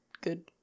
good